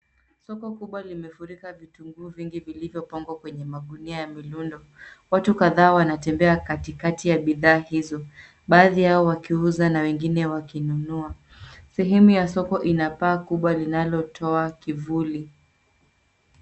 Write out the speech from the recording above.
Soko kubwa limefurika vitunguu vingi vilivyopangwa kwenye magunia ya milundo. Watu kadhaa wanatembea katikati ya bidhaa hizo baadhi yao wakiuza na wengine wakinunua. Sehemu ya soko ina paa kubwa linalotoa kivuli.